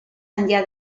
enllà